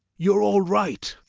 you're all right.